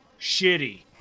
Shitty